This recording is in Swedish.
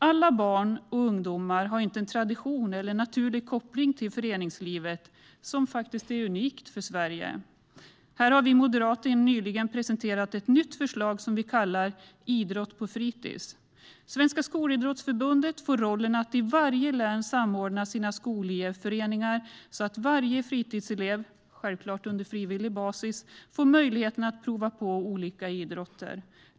Alla barn och ungdomar har inte en tradition inom eller en naturlig koppling till föreningslivet, som faktiskt är unikt för Sverige. Därför har vi moderater nyligen presenterat ett nytt förslag som vi kallar Idrott på fritis. Svenska skolidrottsförbundet får rollen att i varje län samordna sina skolidrottsföreningar så att varje fritiselev - självklart på frivillig basis - får möjligheten att prova på olika idrotter.